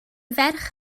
ferch